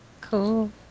Cool